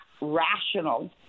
rational